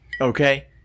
Okay